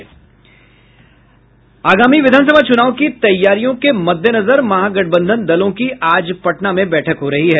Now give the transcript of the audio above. आगामी विधानसभा चुनाव की तैयारियों के मद्देनजर महागठबंधन दलों की आज पटना में बैठक हो रही है